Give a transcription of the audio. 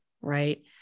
right